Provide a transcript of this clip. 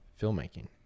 filmmaking